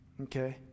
Okay